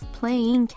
playing